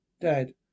Dad